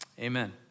Amen